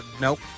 Nope